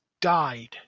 died